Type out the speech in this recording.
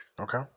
Okay